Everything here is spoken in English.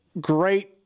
great